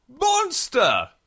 monster